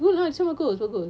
you know it's super cool bagus